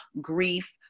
grief